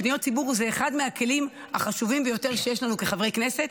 פניות ציבור זה אחד מהכלים החשובים ביותר שיש לנו כחברי כנסת,